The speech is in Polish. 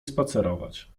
spacerować